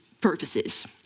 purposes